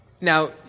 Now